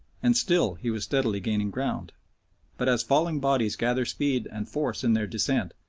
and still he was steadily gaining ground but as falling bodies gather speed and force in their descent,